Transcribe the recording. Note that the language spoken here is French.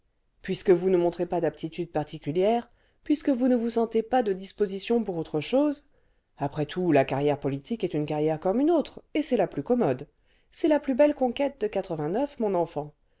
puisque vous ne montrez pas d'aptitudes particulières puisque vous ne vous sentez pas de disposition pour autre chose après tout la carrière politique est une carrière comme une autre et c'est la plus commode c'est la plus belle conquête de mon enfant